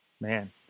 Man